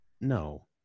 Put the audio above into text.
no